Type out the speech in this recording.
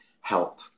help